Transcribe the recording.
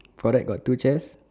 correct got two chairs